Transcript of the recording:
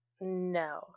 No